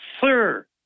Sir